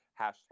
hashtag